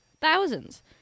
thousands